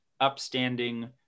upstanding